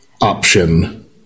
option